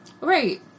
Right